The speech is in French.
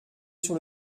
sur